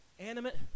Animate